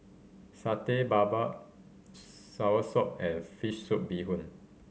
Satay Babat soursop and fish soup bee hoon